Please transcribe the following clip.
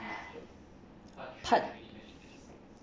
part